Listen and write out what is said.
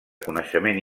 coneixement